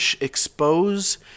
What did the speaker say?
expose